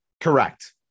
Correct